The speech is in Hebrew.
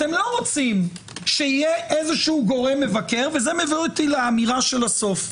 לא רוצים שיהיה איזה גורם מבקר וזה מביא אותי לאמירה של הסוף.